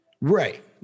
Right